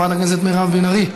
חברת הכנסת מירב בן ארי,